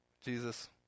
Jesus